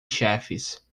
chefes